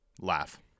laugh